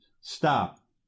stop